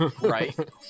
Right